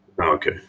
okay